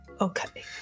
Okay